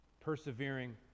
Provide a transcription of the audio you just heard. Persevering